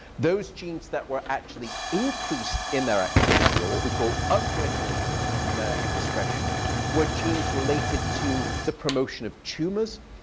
those genes that were actually increased in their activity or what we call up-regulated in their expression were genes related to the promotion of tumors,